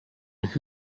who